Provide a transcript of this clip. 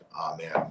Amen